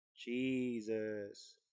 Jesus